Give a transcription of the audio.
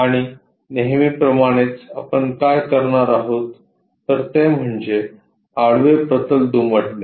आणि नेहमीप्रमाणेच आपण काय करणार आहोत तर ते म्हणजे आडवे प्रतल दुमडणे